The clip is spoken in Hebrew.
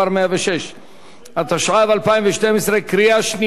התשע"ב 2012. קריאה שנייה, רבותי, מי בעד?